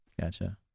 Gotcha